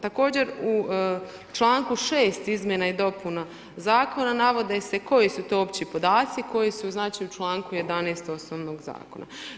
Također u članku 6. izmjena i dopuna zakona navode se koji su to opći podaci koji su u članku 11. osnovnog zakona.